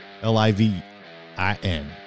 l-i-v-i-n